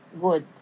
Good